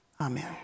Amen